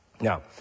Now